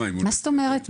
מה זאת אומרת?